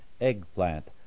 eggplant